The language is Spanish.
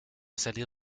salir